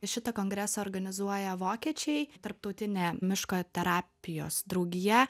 šitą kongresą organizuoja vokiečiai tarptautinė miško terapijos draugija